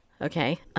Okay